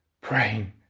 praying